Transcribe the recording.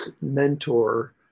mentor